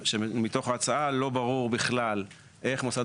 שמתוך ההצעה לא ברור בכלל איך מוסד